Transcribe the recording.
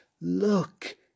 look